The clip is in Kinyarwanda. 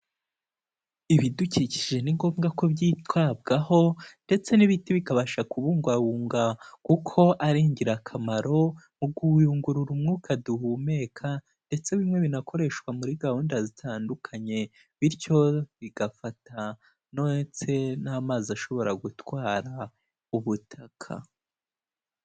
Ibidukikije ni ngombwa ko byitabwaho ndetse n'ibiti bikabasha kubungabungwa kuko ari ingirakamaro mu kuyungurura umwuka duhumeka, ndetse bimwe binakoreshwa muri gahunda zitandukanye, bityo bigafata ndetse n'amazi ashobora gutwara ubutaka.